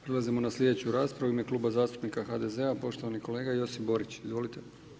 Prelazimo na sljedeću raspravu, u ime Kluba zastupnika HDZ-a poštovani kolega Josip Borić, izvolite.